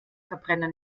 verbrenner